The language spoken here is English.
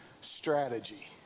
Strategy